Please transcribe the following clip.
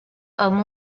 amb